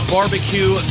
Barbecue